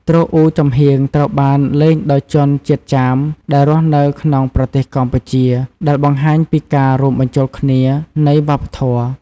ទ្រអ៊ូចំហៀង ត្រូវបានលេងដោយជនជាតិចាមដែលរស់នៅក្នុងប្រទេសកម្ពុជា ដែលបង្ហាញពីការរួមបញ្ចូលគ្នានៃវប្បធម៌។